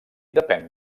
depèn